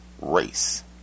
race